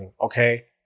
okay